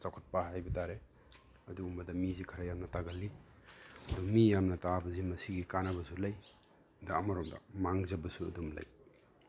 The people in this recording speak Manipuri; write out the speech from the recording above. ꯆꯥꯎꯈꯠꯄ ꯍꯥꯏꯕ ꯇꯥꯔꯦ ꯑꯗꯨꯒꯨꯝꯕꯗ ꯃꯤꯁꯤ ꯈꯔ ꯌꯥꯝ ꯇꯥꯒꯜꯂꯤ ꯑꯗꯨ ꯃꯤ ꯌꯥꯝꯅ ꯇꯥꯕꯁꯤ ꯃꯁꯤꯒꯤ ꯀꯥꯟꯅꯕꯁꯨ ꯂꯩ ꯑꯗ ꯑꯃꯔꯣꯝꯗ ꯃꯥꯡꯖꯕꯁꯨ ꯑꯗꯨꯝ ꯂꯩ